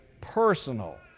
personal